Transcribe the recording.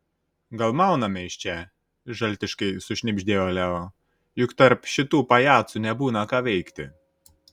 gal mauname iš čia žaltiškai sušnibždėjo leo juk tarp šitų pajacų nebūna ką veikti